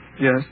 Yes